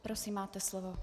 Prosím, máte slovo.